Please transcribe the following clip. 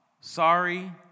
sorry